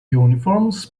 uniforms